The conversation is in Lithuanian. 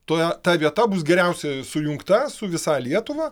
tuoj ta vieta bus geriausiai sujungta su visa lietuva